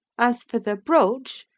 as for the brooch,